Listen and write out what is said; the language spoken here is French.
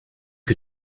que